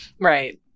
right